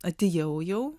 atėjau jau